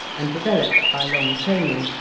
and developed by long training,